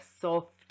soft